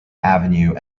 avenue